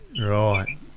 right